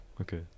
Okay